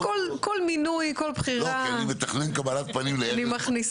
אני כל מינוי, כל בחירה אני מכניסה.